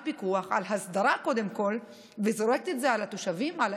לפיקוח וקודם כול להסדרה וזורקת את זה על האזרחים?